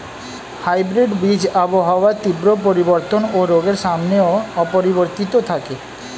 hybrid বীজ আবহাওয়ার তীব্র পরিবর্তন ও রোগের সামনেও অপরিবর্তিত থাকে